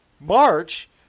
March